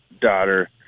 daughter